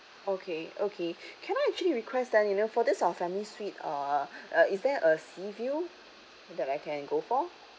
okay okay can I actually request then you know for this our family suite uh uh is there a sea view that I can go for